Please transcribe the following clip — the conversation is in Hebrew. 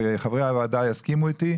וחברי הוועדה יסכימו איתי,